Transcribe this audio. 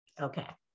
Okay